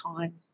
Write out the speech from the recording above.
time